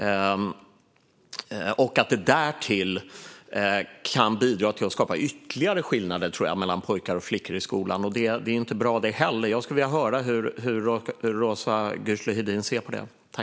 Därtill tror jag att det kan bidra till att skapa ytterligare skillnader mellan pojkar och flickor i skolan, vilket inte heller är bra. Jag skulle vilja höra hur Roza Güclü Hedin ser på detta.